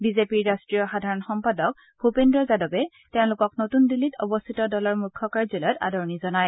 বিজেপিৰ ৰাষ্ট্ৰীয় সাধাৰণ সম্পাদক ভূপেন্দ্ৰ যাদৱে তেওঁলোকক নতুন দিল্লীত অৱস্থিত দলৰ মুখ্য কাৰ্যালয়ত আদৰণি জনায়